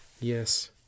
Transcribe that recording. Yes